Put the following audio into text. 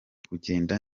kugenda